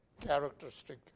characteristic